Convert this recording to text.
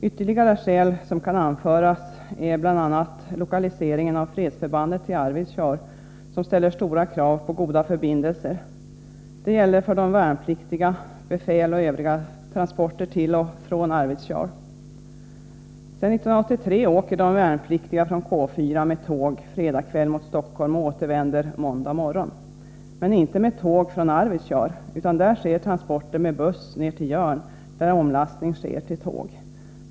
Ytterligare skäl som kan anföras är bl.a. lokaliseringen av fredsförban det till Arvidsjaur, som ställer stora krav på goda förbindelser. Detta gäller för de värnpliktiga, för befäl och för övriga transporter till och från Arvidsjaur. Sedan 1983 åker de värnpliktiga från K4 med tåg fredag kväll mot Stockholm och återvänder måndag morgon. Men de åker inte tåg från Arvidsjaur, utan där sker transporten med buss ner till Jörn, där omlastning sker till tåg.